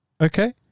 okay